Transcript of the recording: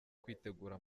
kwitegura